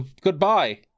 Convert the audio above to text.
Goodbye